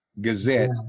Gazette